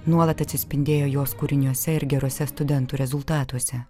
nuolat atsispindėjo jos kūriniuose ir geruose studentų rezultatuose